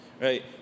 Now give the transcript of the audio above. right